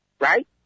right